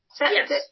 Yes